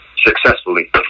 successfully